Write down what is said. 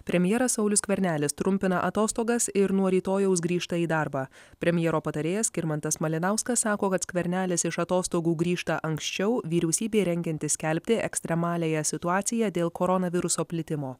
premjeras saulius skvernelis trumpina atostogas ir nuo rytojaus grįžta į darbą premjero patarėjas skirmantas malinauskas sako kad skvernelis iš atostogų grįžta anksčiau vyriausybei rengiantis skelbti ekstremaliąją situaciją dėl koronaviruso plitimo